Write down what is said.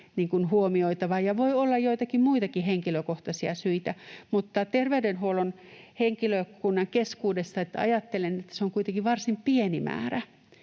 huomioitava, ja voi olla joitakin muitakin henkilökohtaisia syitä, mutta ajattelen, että terveydenhuollon henkilökunnan keskuudessa se on kuitenkin varsin pieni määrä.